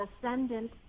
ascendant